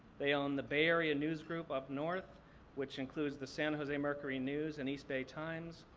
they own the bay area news group up north which includes the san jose mercury news and east bay times.